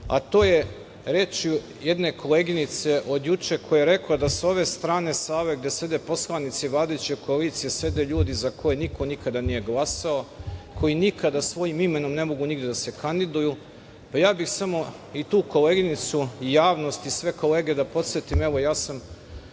a to je rečju jedne koleginice od juče koja je rekla da sa ove strane Save gde sede poslanici vladajuće koalicije sede ljudi za koje niko nikada nije glasao, koji nikada svojim imenom ne mogu da se kandiduju. Samo bih i tu koleginicu i javnost i sve kolege da podsetim, evo ja sam